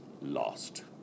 lost